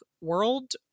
world